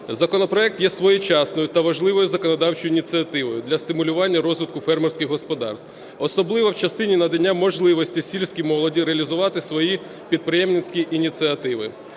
Законопроект є своєчасною та важливою законодавчою ініціативою для стимулювання розвитку фермерських господарств, особливо в частині надання можливості сільській молоді реалізувати свої підприємницькі ініціативи.